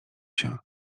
się